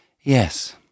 Yes